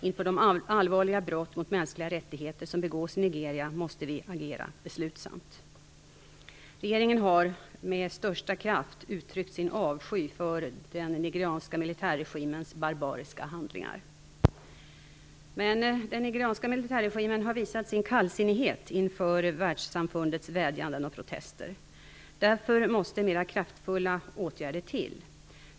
Inför de allvarliga brott mot mänskliga rättigheter som begås i Nigeria måste vi agera beslutsamt. Regeringen har med största kraft uttryckt sin avsky för den nigerianska militärregimens barbariska handlingar. Men den nigerianska militärregimen har visat sin kallsinnighet inför världssamfundets vädjanden och protester. Därför måste mer kraftfulla åtgärder till.